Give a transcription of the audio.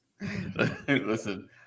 listen